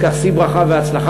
אז כך, שאי ברכה והצלחה.